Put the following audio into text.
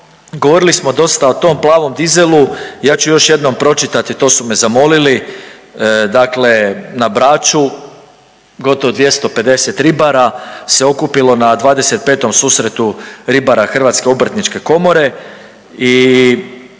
govorili smo dosta o tom plavom dizelu, ja ću još jednom pročitati to su me zamolili dakle, na Braču gotovo 250 ribara se okupilo na 25. susretu ribara Hrvatske obrtničke komore i